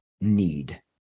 need